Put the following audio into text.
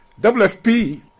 WFP